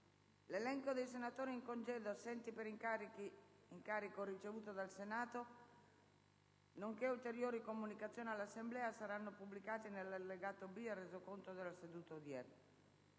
L'elenco dei senatori in congedo e assenti per incarico ricevuto dal Senato, nonché ulteriori comunicazioni all'Assemblea saranno pubblicati nell'allegato B al Resoconto della seduta odierna.